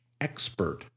expert